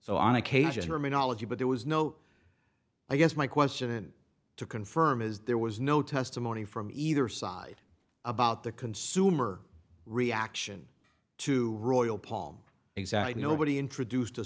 so on occasion remain ology but there was no i guess my question to confirm is there was no testimony from either side about the consumer reaction to royal paul exactly nobody introduced a